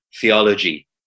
theology